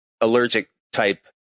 allergic-type